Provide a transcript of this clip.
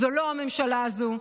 זו לא הממשלה הזו.